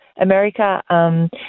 America